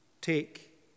Take